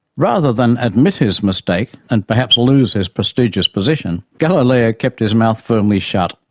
rather than admit his mistake, and perhaps lose his prestigious position, galileo kept his mouth firmly shut,